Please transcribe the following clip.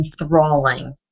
enthralling